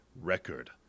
Record